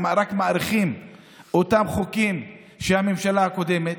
רק מאריכים אותם חוקים שהממשלה הקודמת.